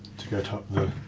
to get up the